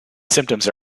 symptoms